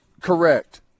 Correct